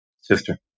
Sister